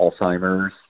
Alzheimer's